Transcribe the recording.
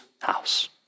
house